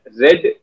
red